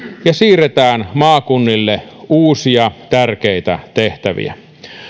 ja siirretään maakunnille uusia tärkeitä tehtäviä